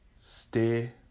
stay